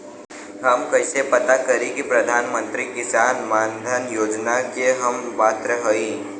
हम कइसे पता करी कि प्रधान मंत्री किसान मानधन योजना के हम पात्र हई?